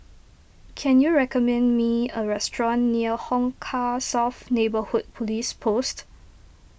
can you recommend me a restaurant near Hong Kah South Neighbourhood Police Post